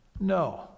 No